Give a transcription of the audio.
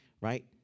right